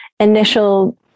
initial